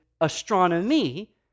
astronomy